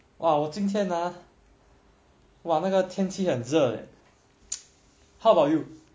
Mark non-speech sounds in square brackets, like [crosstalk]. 哇我那个今天哇那个天气很热 [noise] how about you